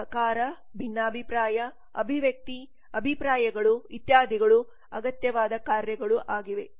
ಸಹಕಾರ ಭಿನ್ನಾಭಿಪ್ರಾಯ ಅಭಿವ್ಯಕ್ತಿ ಅಭಿಪ್ರಾಯಗಳು ಇತ್ಯಾದಿಗಳು ಅಗತ್ಯವಾದ ಕಾರ್ಯಗಳು ಆಗಿವೆ